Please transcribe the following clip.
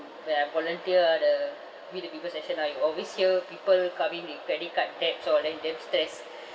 where I volunteer ah the meet the people session ah you always hear people coming with credit card debts all and damn stressed